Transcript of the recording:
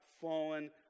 fallen